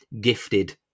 gifted